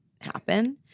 happen